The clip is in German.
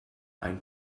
ein